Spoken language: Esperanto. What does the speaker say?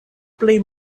plej